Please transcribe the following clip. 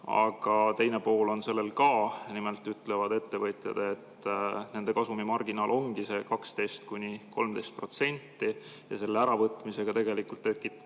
Aga teine pool on sellel ka. Nimelt ütlevad ettevõtjad, et nende kasumimarginaal ongi 12–13%, ja selle äravõtmisega tekitatakse